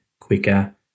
quicker